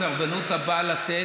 מסרבנות הבעל לתת.